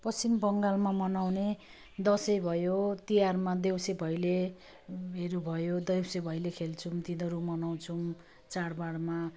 पश्चिम बङ्गालमा मनाउने दसैँ भयो तिहारमा देउसे भैलोहरू भयो देउसे भैलो खेल्छौँ तिनीहरू मनाउछौँ चाडबाडमा